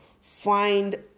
Find